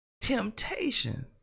Temptation